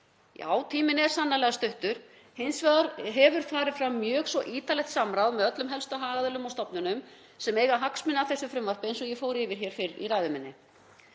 Já, tíminn er sannarlega stuttur. Hins vegar hefur farið fram mjög svo ítarlegt samráð með öllum helstu hagaðilum og stofnunum sem eiga hagsmuni af þessu frumvarpi, eins og ég fór yfir hér fyrr í ræðu minni.